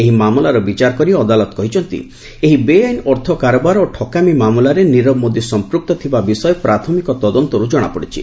ଏହି ମାମଲାର ବିଚାର କରି ଅଦାଲତ କହିଛନ୍ତି ଏହି ବେଆଇନ ଅର୍ଥ କାରବାର ଓ ଠକାମି ମାମଲାରେ ନିରବ ମୋଦି ସମ୍ପୁକ୍ତ ଥିବା ବିଷୟ ପ୍ରାଥମିକ ତଦନ୍ତରୁ ଜଣାପଡ଼ିଛି